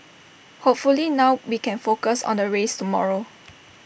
hopefully now we can focus on the race tomorrow